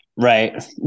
Right